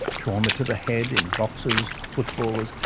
trauma to the head in boxers, footballers,